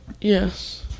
Yes